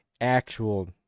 actual